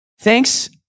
Thanks